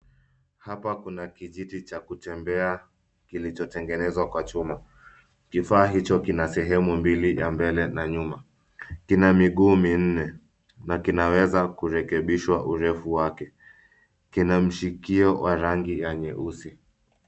Hapa kuna kijiti cha kutembea kilichotengenezwa kwa chuma. Kifaa hicho kina sehemu mbili, ya mbele na nyuma. Kina miguu minne na kinaweza kurekebishwa urefu wake. Kina mshikio wa rangi ya nyeusi.